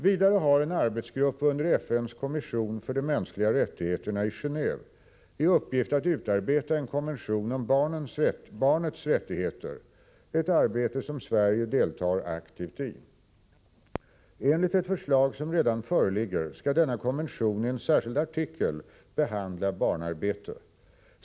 Vidare har en arbetsgrupp under FN:s kommission för de mänskliga rättigheterna i Gené&ve i uppgift att utarbeta en konvention om barnets rättigheter, ett arbete som Sverige deltar aktivt i. Enligt ett förslag som redan föreligger skall denna konvention i en särskild artikel behandla barnarbete.